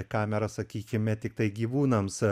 kameras sakykime tiktai gyvūnams